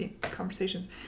conversations